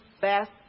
best